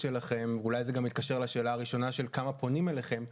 אולי זה גם מתקשר לשאלה הראשונה של כמה פונים אליכם.